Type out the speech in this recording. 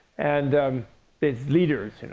and it's leaders. you know